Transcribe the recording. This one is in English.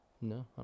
No